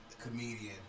comedian